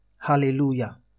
Hallelujah